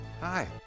hi